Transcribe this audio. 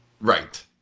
Right